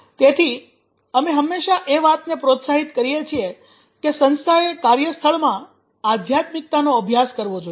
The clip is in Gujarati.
તેથી અમે હંમેશા એ વાતને પ્રોત્સાહિત કરીએ છીએ કે સંસ્થાએ કાર્યસ્થળમાં આધ્યાત્મિકતા નો અભ્યાસ કરવો જોઈએ